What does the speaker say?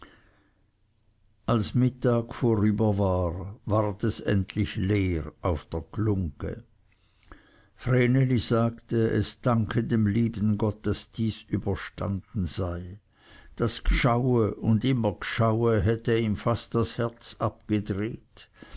als mittag vorüber war ward es endlich leer auf der glungge vreneli sagte es danke dem lieben gott daß dies überstanden sei das gschaue und immer gschaue hätte ihm fast das herz abgedreht